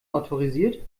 autorisiert